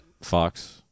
Fox